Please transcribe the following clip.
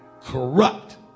corrupt